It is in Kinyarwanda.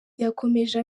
yakomeje